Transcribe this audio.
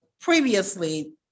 previously